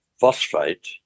phosphate